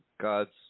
God's